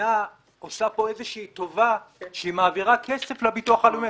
המדינה עושה איזושהי טובה שהיא מעבירה כסף לביטוח הלאומי,